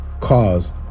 cause